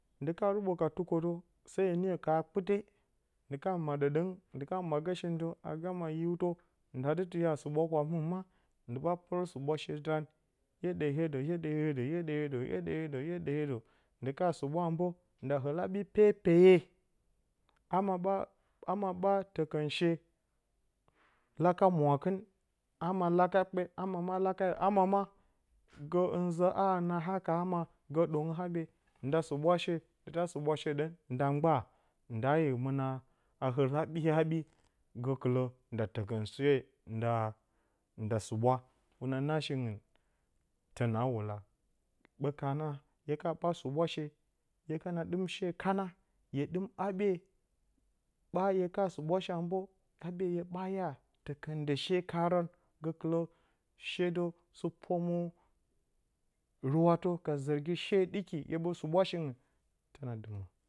Ndi kana ruɓo ka tukotǝ se hy niya ka hakpɨte ndi ka maɗǝ ɗǝng. ndi ka maggǝ shintǝ a gama hiwtǝ ndaa dɨ tiya suɓwa kwaamɨngin ma ndi ɓa pɨrǝ suɓwashe dan hyeɗǝ hyeɗǝ hyeɗǝ hyeɗǝ hyeɗǝ ndi ka suɓwa a mbǝǝ nda ɨl haɓi pepe ama ɓa ama ɓa tǝkǝnshe laka mwaakɨn ama ma laka kpe ama ma laka hiɗǝ ama ma gǝ hɨn zǝ a ha haka ama ma gǝ ɗongǝ haɓye nda suɓwa ndi ta suɓashe ɗǝng nda mg ndaa yǝ mɨna a ɨl i haɓɨ haɓi gǝkɨlǝ nda tǝkǝn shee nda nda suɓwa hwun aa shingɨn tǝnaa wula ɓǝ kana hye kana ɓa suɓwashe, hye kana ɗɨm shee kana hye ɗɨm haɓyee ɓa hye kana suɓwashe a mbǝǝ haɓye hye ɓa iya tǝkǝndǝ shee kaarǝn gǝkɨlǝ pomo ruwatǝ ka zǝrgi shee ɗɨki hye ɓǝ suɓwashingɨn.